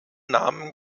namen